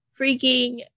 freaking